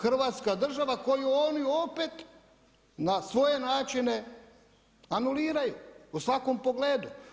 Hrvatska država koju oni opet na svoje načine anuliraju u svakom pogledu.